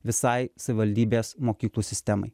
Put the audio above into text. visai savivaldybės mokyklų sistemai